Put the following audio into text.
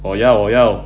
我要我要